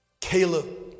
Caleb